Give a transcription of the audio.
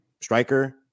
striker